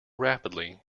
rapidly